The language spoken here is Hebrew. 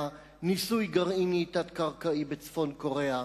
היה ניסוי גרעיני תת-קרקעי בצפון-קוריאה.